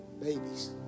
babies